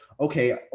okay